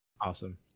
Awesome